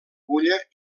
pulla